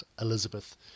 Elizabeth